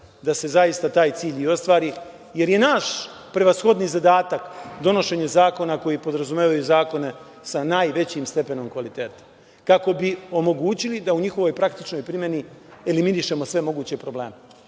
da se zaista taj cilj i ostvari, jer je naš prevashodni zadatak donošenje zakona koji podrazumevaju zakone sa najvećim stepenom kvaliteta, kako bi omogućili da u njihovoj praktičnoj primeni eliminišemo sve moguće probleme